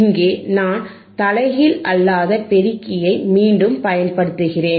இங்கே நான் தலைகீழ் அல்லாத பெருக்கியைப் மீண்டும் பயன்படுத்துகிறேன்